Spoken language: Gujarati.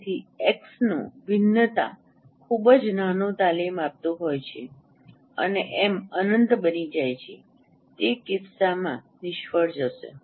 તેથી એક્સનું ભિન્નતા ખૂબ જ નાનું તાલીમ આપતું હોય છે અને એમ અનંત બની જાય છે તે કિસ્સામાં નિષ્ફળ જશે